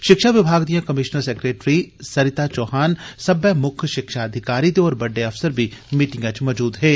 षिक्षा विभाग दियां कमीषनर सैक्ट्री सरिता चौहान सब्बे मुक्ख षिक्षा अधिकारी ते होर बड्डे अफसर बी मीटिंगा च मजूद हे